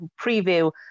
preview